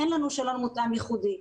אין לנו שאלון מותאם ייחודי.